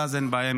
ואז אין בעיה,